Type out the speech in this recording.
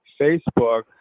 Facebook